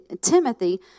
Timothy